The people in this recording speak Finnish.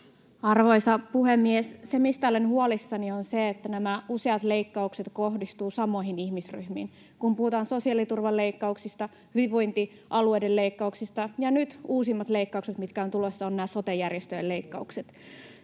Arvoisa puhemies! Se, mistä olen huolissani, on se, että nämä useat leikkaukset kohdistuvat samoihin ihmisryhmiin, kun puhutaan sosiaaliturvan leikkauksista, hyvinvointialueiden leikkauksista, ja nyt uusimmat leikkaukset, mitkä ovat tulossa, ovat nämä sote-järjestöjen leikkaukset.